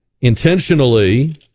intentionally